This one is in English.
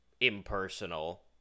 impersonal